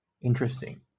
interesting